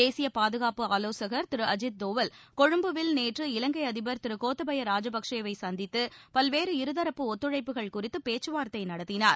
தேசிய பாதுகாப்பு ஆலோசகர் திரு அஜித் தோவல் கொழும்புவில் நேற்று இலங்கை அதிபர் திரு கோத்தபய ராஜபக்சே வை சந்தித்து பல்வேறு இருதரப்பு ஒத்துழைப்புகள் குறித்து பேச்சுவார்த்தை நடத்தினார்